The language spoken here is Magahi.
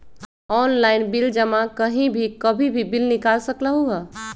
ऑनलाइन बिल जमा कहीं भी कभी भी बिल निकाल सकलहु ह?